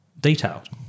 detailed